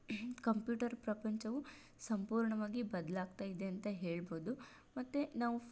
computer ಪ್ರಪಂಚವು ಸಂಪೂರ್ಣವಾಗಿ ಬದಲಾಗ್ತಾ ಇದೆ ಅಂತ ಹೇಳಬಹುದು ಮತ್ತೆ ನಾವು